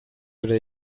wurde